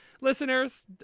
listeners